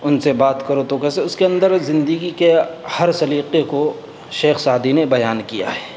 ان سے بات کرو تو کیسے اس کے اندر زندگی کے ہر سلیقے کو شیخ سعدی نے بیان کیا ہے